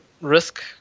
risk